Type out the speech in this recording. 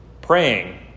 praying